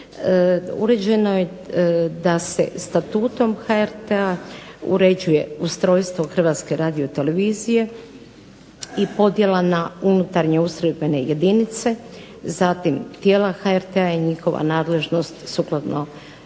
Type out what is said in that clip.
uređeno je da se Statutom HRT-a uređuje ustrojstvo Hrvatske radiotelevizije i podjela na unutarnje ustrojbene jedinice, zatim tijela HRT-a i njegova nadležnost sukladno